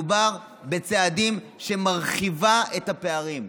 מדובר בצעדים שמרחיבים את הפערים,